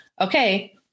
Okay